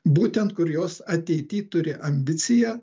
būtent kur jos ateity turi ambiciją